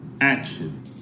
Action